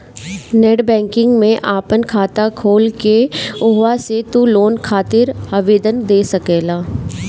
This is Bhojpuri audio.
नेट बैंकिंग में आपन खाता खोल के उहवा से तू लोन खातिर आवेदन दे सकेला